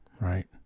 right